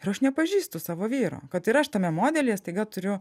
ir aš nepažįstu savo vyro kad ir aš tame modelyje staiga turiu